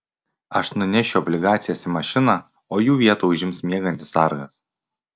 aš nunešiu obligacijas į mašiną o jų vietą užims miegantis sargas